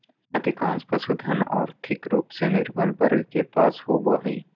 अधिकांश पशुधन, और्थिक रूप से निर्बल वर्ग के पास होबो हइ